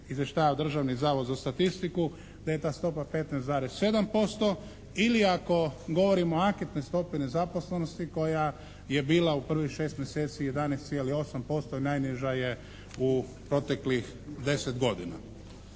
izvještava Državni zavod za statistiku, da je ta stopa 15,7% ili ako govorimo o … /Govornik se ne razumije./ … stopi nezaposlenosti koja je bila u prvih 6 mjeseci 11,8%. I najniža je u proteklih 10 godina.